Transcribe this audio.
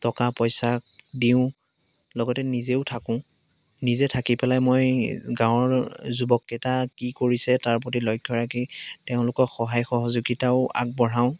টকা পইচা দিওঁ লগতে নিজেও থাকোঁ নিজে থাকি পেলাই মই গাঁৱৰ যুৱক কেইটা কি কৰিছে তাৰ প্ৰতি লক্ষ্য ৰাখি তেওঁলোকক সহায় সহযোগিতাও আগবঢ়াওঁ